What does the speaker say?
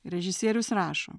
režisierius rašo